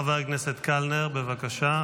חבר הכנסת קלנר, בבקשה.